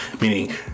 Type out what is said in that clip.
Meaning